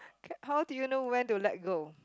how do you know when to let go